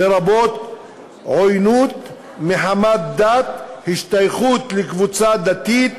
לרבות עוינות מחמת דת, השתייכות לקבוצה דתית,